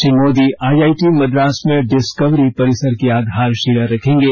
Shri Modi IIT Madras में Discovery परिसर की आधारशिला रखेंगे